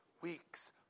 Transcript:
weeks